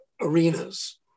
arenas